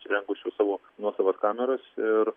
surengusiu savo nuosavas kameras ir